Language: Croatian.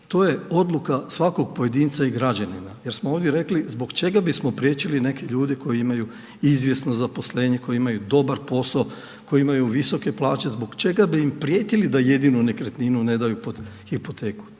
to je odluka svakog pojedinca i građanina jer smo ovdje rekli zbog čega bismo priječili neke ljude koji imaju izvjesno zaposlenje, koje imaju dobar posao, koje imaju visoke plaće zbog čega bi im prijetili da jedinu nekretninu ne daju pod hipoteku.